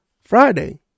friday